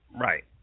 Right